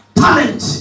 talent